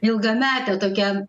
ilgametę tokią